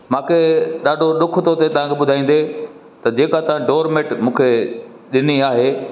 मूंखे ॾाढो ॾुख थो थिए तव्हांखे ॿुधाईंदे त जेका तव्हां डोरमैट मूंखे ॾिनी आहे